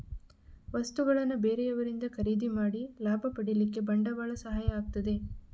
ವಸ್ತುಗಳನ್ನ ಬೇರೆಯವರಿಂದ ಖರೀದಿ ಮಾಡಿ ಲಾಭ ಪಡೀಲಿಕ್ಕೆ ಬಂಡವಾಳ ಸಹಾಯ ಆಗ್ತದೆ